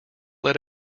led